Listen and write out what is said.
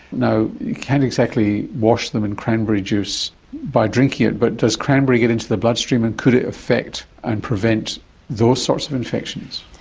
you can't exactly wash them in cranberry juice by drinking it, but does cranberry get into the bloodstream and could it affect and prevent those sorts of infections?